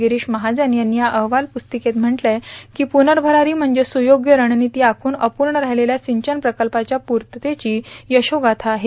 गिरीश महाजन यांनी या अहवाल पुस्तिकेत म्हटलं की पुनर्भरारी म्हणजे सुयोग्य रणनीती आखून अपूर्ण राहिलेल्या सिंचन प्रकल्पाच्या पूर्तीची यशोगाथा आहे